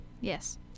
Yes